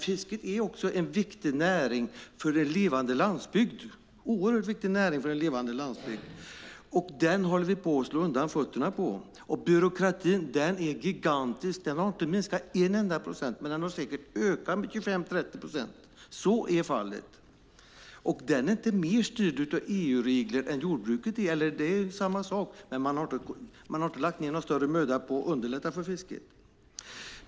Fisket är en oerhört viktig näring för en levande landsbygd, men vi håller på att slå undan fötterna på den. Och byråkratin är gigantisk. Den har inte minskat en enda procent. I stället har den ökat med 25-30 procent. Så är fallet. Fisket är inte mindre styrt av EU-regler än vad jordbruket är, men man har inte lagt ned någon större möda på att underlätta för fisket.